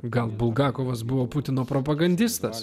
gal bulgakovas buvo putino propagandistas